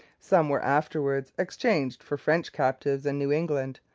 some were afterwards exchanged for french captives in new england,